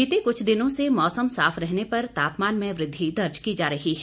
बीते कुछ दिनों से मौसम साफ रहने पर तापमान में वृद्धि दर्ज की जा रही है